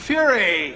Fury